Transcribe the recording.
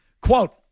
Quote